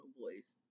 voice